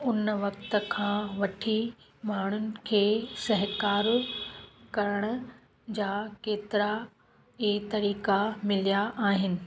उन वक़्ति खां वठी माण्हुनि खे सहकारु करण जा केतिरा ई तरीक़ा मिलिया आहिनि